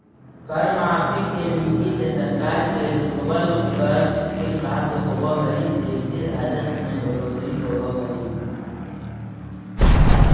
कर माफी के नीति से सरकार के रुकवल, कर के प्राप्त होवऽ हई जेसे राजस्व में बढ़ोतरी होवऽ हई